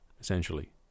essentially